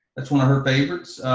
that's one of her favorites.